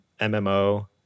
MMO